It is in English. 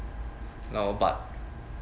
you know but